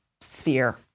sphere